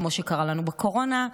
כמו שקרה לנו בקורונה,